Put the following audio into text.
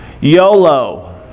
yolo